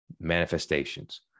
manifestations